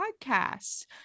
podcasts